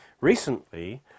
recently